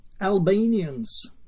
Albanians